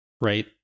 right